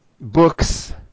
books